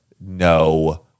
No